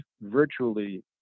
virtually